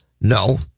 No